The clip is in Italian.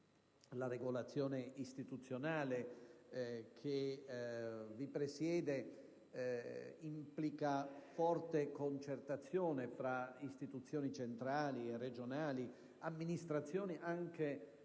la regolazione istituzionale che vi presiede, implica forte concertazione tra istituzioni centrali e regionali ed amministrazioni, guidate